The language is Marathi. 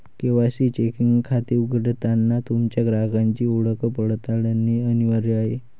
के.वाय.सी चेकिंग खाते उघडताना तुमच्या ग्राहकाची ओळख पडताळणे अनिवार्य आहे